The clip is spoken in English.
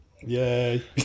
Yay